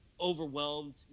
overwhelmed